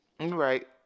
Right